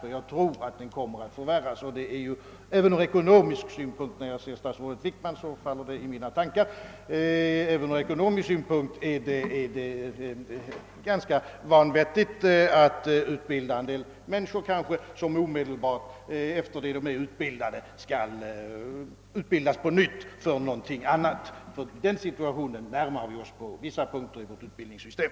Jag tror att situationen kommer att förvärras. Även ur ekonomisk synpunkt — när jag ser statsrådet Wickman får jag den aspekten i tankarna — är det ganska vanvettigt att utbilda människor som omedelbart efter utbildningens avslutande skall utbildas på nytt för något annat. Den situationen närmar vi oss på vissa områden i vårt utbildningssystem.